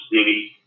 city